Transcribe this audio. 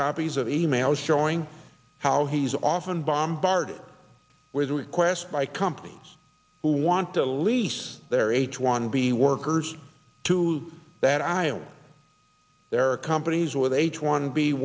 copies of e mails showing how he's often bombarded with requests by companies who want to lease their h one b workers to that aisle there are companies with h one b